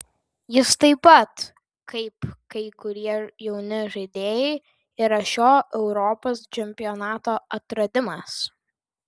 jis taip pat kaip kai kurie jauni žaidėjai yra šio europos čempionato atradimas